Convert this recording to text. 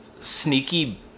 sneaky